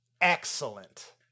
excellent